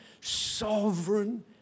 sovereign